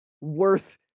worth